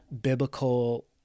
biblical